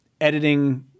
editing